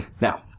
Now